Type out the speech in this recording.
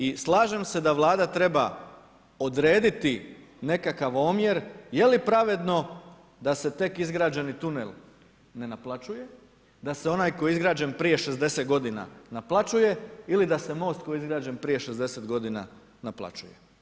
I slažem se da vlada treba odrediti nekakav omjer je li pravedno da se tek izgrađeni tunel ne naplaćuje, da se onaj koji je izgrađen prije 60 godina naplaćuje ili da se most koji je izgrađen prije 60 godina naplaćuje.